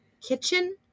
kitchen